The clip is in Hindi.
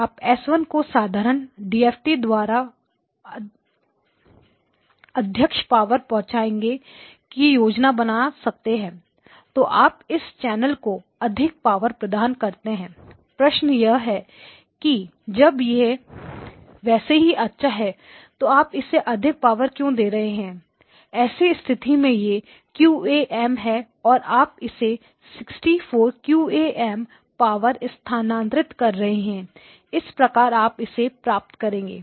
आप S1 को साधारण DFT के द्वारा अध्यक्ष पावर पहुंचाने की योजना बना सकते हैं तो आप इस चैनल को अधिक पावर प्रदान कर रहे हैं प्रश्न यह है कि जब यह वैसे ही अच्छा है तो आप इसे अधिक पावर क्यों दे रहे हैं ऐसी स्थिति में यह एक QAM है और आप इसमें 64 QAM पावर स्थानांतरित कर रहे हैं इस प्रकार आप इसे प्राप्त करेंगे